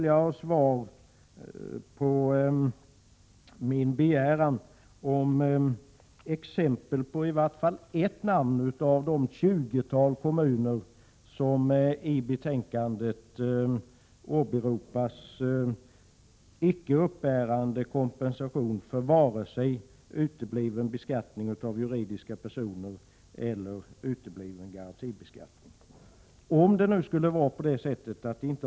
Jag begärde också att Arne Andersson skulle nämna i vart fall en av de tjugotalet kommuner som i betänkandet åberopas såsom icke uppbärande kompensation för vare sig utebliven beskattning av juridiska personer eller utebliven garantibeskattning.